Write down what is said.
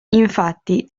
infatti